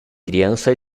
criança